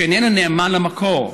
שאיננו נאמן למקור.